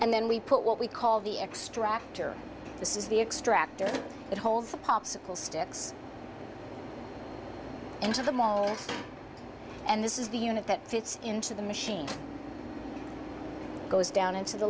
and then we put what we call the extractor this is the extractor that holds the popsicle sticks into the mall and this is the unit that fits into the machine goes down into the